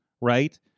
right